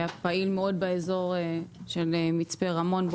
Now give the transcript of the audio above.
שהיה פעיל מאוד באזור של מצפה רמון.